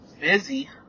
busy